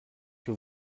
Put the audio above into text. que